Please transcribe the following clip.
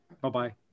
Bye-bye